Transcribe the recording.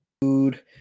food